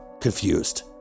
confused